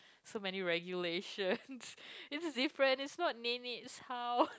so many regulations this is different it's not nenek house